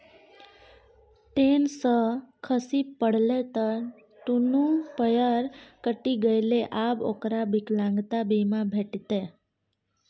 ten सँ खसि पड़लै त दुनू पयर कटि गेलै आब ओकरा विकलांगता बीमा भेटितै